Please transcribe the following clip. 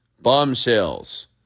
Bombshells